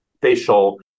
facial